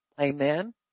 amen